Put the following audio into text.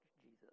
Jesus